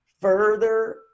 further